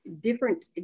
different